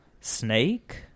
snake